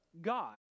God